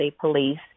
police